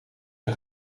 een